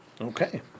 Okay